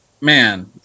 man